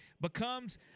becomes